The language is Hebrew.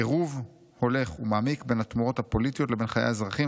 עירוב הולך ומעמיק בין התמורות הפוליטיות לבין חיי האזרחים,